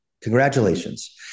Congratulations